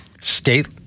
state